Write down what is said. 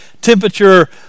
temperature